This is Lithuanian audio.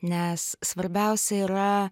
nes svarbiausia yra